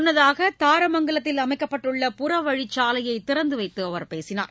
முன்னதாக தாரமங்கலத்தில் அமைக்கப்பட்டுள்ள புறவழிச்சாலையை திறந்து அவைத்து அவர் பேசினார்